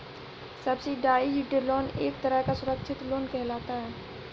subsidised loan एक तरह का सुरक्षित लोन कहलाता है